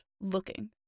looking